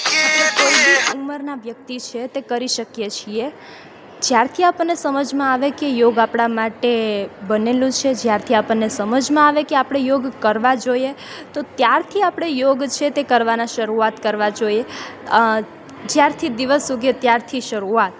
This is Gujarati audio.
આપણે કોઇ બી ઉંમરનાં વ્યક્તિ છે તે કરી શકીએ છીએ જ્યારથી આપને સમજમાં આવે કે યોગ આપણાં માટે બનેલું છે જ્યારથી આપને સમજમાં આવે કે આપણે યોગ કરવા જોઈએ તો ત્યારથી આપણે યોગ છે તે કરવાનાં શરૂઆત કરવાં જોઈએ જ્યારથી દિવસ ઊગે ત્યારથી શરૂઆત